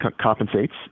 compensates